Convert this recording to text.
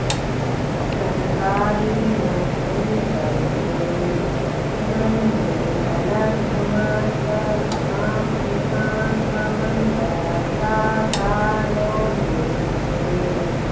सरकारी नोकरी करथे तुमन ले अलग हमर कस आम इंसान हमन बर का का लोन मिलथे?